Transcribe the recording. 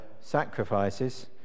sacrifices